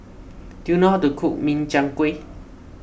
do you know how to cook Min Chiang Kueh